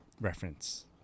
reference